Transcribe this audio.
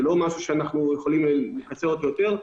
זה לא משהו שאנחנו יכולים לקצר אותו יותר.